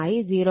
0483 m 2 ആവും